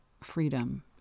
freedom